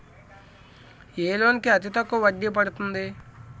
ఏ loan కి అతి తక్కువ వడ్డీ పడుతుంది?